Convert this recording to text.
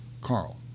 Carl